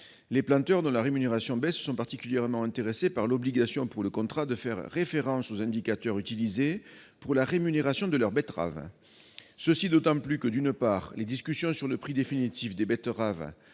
Les planteurs, dont la rémunération baisse, sont particulièrement intéressés par l'obligation pour le contrat de faire référence aux indicateurs utilisés pour la rémunération de leurs betteraves, et ce d'autant plus que, d'une part, les discussions avec certains fabricants sur le prix définitif des betteraves